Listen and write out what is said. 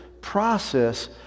process